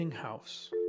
house